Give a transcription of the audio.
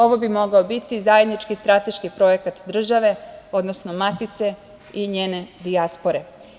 Ovo bi mogao biti zajednički strateški projekat države, odnosno matice i njene dijaspore.